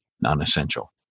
non-essential